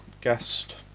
guest